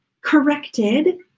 corrected